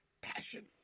passion